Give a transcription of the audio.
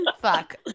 Fuck